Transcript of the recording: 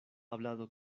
hablado